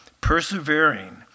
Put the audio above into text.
persevering